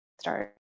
Start